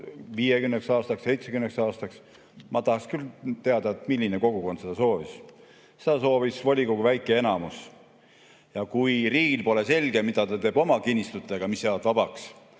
70 aastaks. Ma tahaks küll teada, milline kogukond seda soovis. Seda soovis volikogu väike enamus. Kui riigil pole selge, mida ta teeb oma kinnistutega, mis jäävad vabaks,